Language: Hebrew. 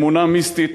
אמונה מיסטית,